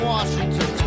Washington